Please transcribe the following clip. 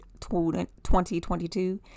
2022